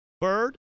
Bird